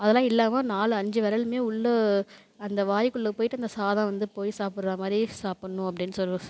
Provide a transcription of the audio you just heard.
அதெலாம் இல்லாமல் நாலு அஞ்சு விரலுமே உள்ள அந்த வாய்க்குள்ள போய்ட்டு இந்த சாதம் வந்து போய் சாப்பிட்றா மாதிரியே சாப்பிட்ணும் அப்படின்னு சொல்